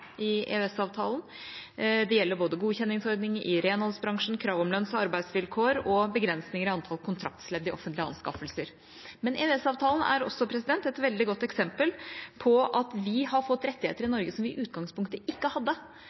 i EØS-avtalen. Det gjelder både godkjenningsordning i renholdsbransjen, krav om lønns- og arbeidsvilkår og begrensninger i antall kontraktsledd i offentlige anskaffelser. Men EØS-avtalen er også et veldig godt eksempel på at vi har fått rettigheter i Norge som vi i utgangspunktet ikke hadde.